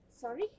Sorry